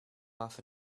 off